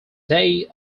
day